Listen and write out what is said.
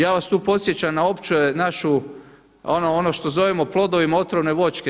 Ja vas tu podsjećam na opće našu ono što zovemo plodovima otrovne voćke.